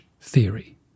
theory